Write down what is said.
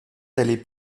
d’aller